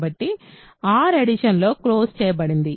కాబట్టి R addition లో close చేయబడింది